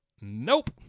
Nope